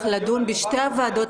לדון על הנושא הזה בשתי הוועדות.